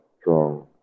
strong